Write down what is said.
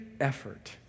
effort